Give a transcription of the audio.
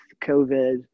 COVID